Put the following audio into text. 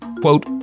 Quote